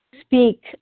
speak